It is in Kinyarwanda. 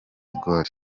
gaulle